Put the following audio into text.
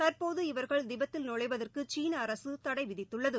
தற்போது இவர்கள் திபெத்தில் நுழைவதற்குசீனஅரசுதடைவிதித்துள்ளது